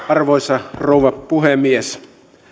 arvoisa rouva puhemies